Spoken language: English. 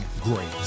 great